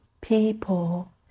people